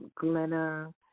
Glenna